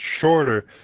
shorter